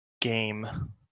game